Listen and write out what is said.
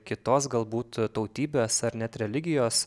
kitos galbūt tautybės ar net religijos